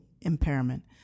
impairment